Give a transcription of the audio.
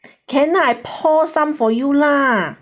can lah pour some for you lah